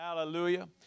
Hallelujah